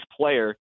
player